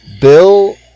Bill